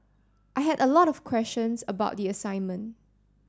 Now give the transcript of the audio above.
I had a lot of questions about the assignment